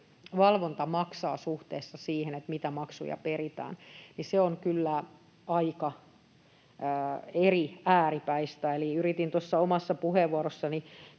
valvonta maksaa suhteessa siihen, mitä maksuja peritään, on kyllä aika eri ääripäistä. Eli yritin tuossa omassa puheenvuorossani